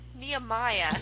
Nehemiah